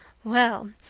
well,